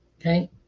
okay